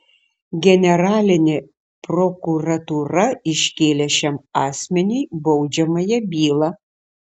generalinė prokuratūra iškėlė šiam asmeniui baudžiamąją bylą